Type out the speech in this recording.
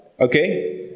Okay